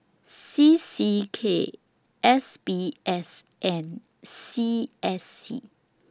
C C K S B S and C S C